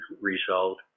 result